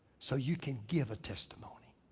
so you can give a testimony.